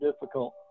difficult